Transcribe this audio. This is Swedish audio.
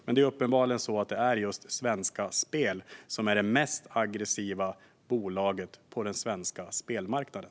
Men det är uppenbarligen just Svenska Spel som är det mest aggressiva bolaget på den svenska spelmarknaden.